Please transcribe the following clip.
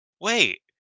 wait